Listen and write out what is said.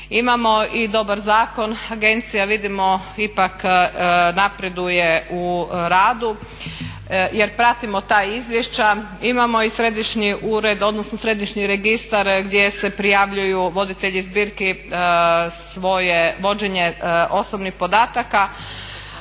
Imamo i dobar zakon, agencija vidimo ipak napreduje u radu jer pratimo ta izvješća. Imamo i središnji ured odnosno središnji registar gdje se prijavljuju voditelji zbirki svoje vođenje osobnih podataka,